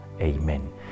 Amen